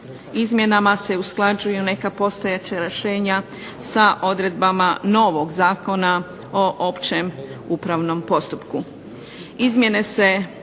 izmjenama se usklađuju neka postojeća rješenja sa odredbama novog Zakona o općem upravnom postupku.